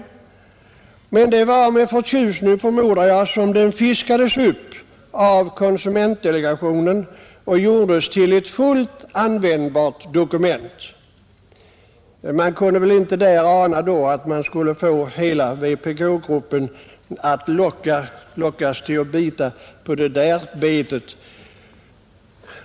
Jag förmodar emellertid att det var med förtjusning som konsumentdelegationen fiskade upp den igen och gjorde den till ett fullt användbart dokument. Man kunde väl då inte ana att man skulle locka vpk-gruppen att nappa på det betet.